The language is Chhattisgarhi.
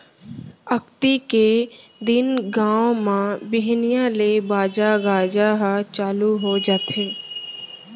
अक्ती के दिन गाँव म बिहनिया ले बाजा गाजा ह चालू हो जाथे